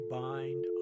bind